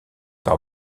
par